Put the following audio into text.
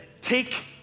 take